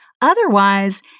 Otherwise